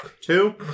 Two